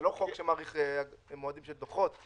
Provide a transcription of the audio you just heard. זה לא חוק שמאריך מועדים של דוחות.